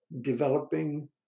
developing